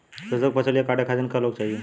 सरसो के फसलिया कांटे खातिन क लोग चाहिए?